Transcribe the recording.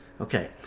Okay